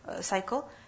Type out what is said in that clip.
cycle